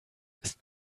ist